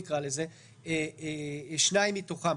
שניים מתוכם,